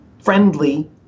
friendly